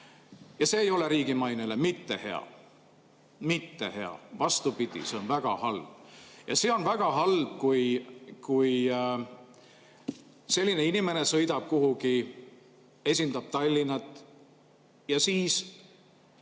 Ja see ei ole riigi mainele hea, mitte hea, vastupidi, see on väga halb. Ja see on väga halb, kui selline inimene sõidab kuhugi, esindab Tallinna, ja siis